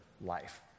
life